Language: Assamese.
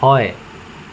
হয়